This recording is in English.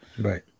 Right